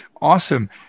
awesome